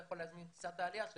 הוא יכול להזמין את טיסת העלייה שלו.